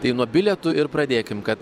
tai nuo bilietų ir pradėkim kad